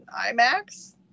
IMAX